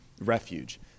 refuge